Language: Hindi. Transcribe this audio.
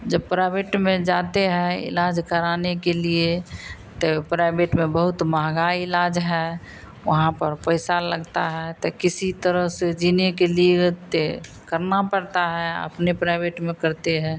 जब प्राइवेट में जाते हैं इलाज कराने के लिए तो प्राइवेट में बहुत महँगा इलाज है वहाँ पर पैसा लगता है तो किसी तरह से जीने के लिए तो करना पड़ता है अपने प्राइवेट में करते हैं